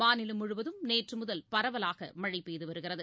மாநிலம் முழுவதும் நேற்றுமுதல் பரவலாகமழைபெய்துவருகிறது